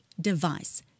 device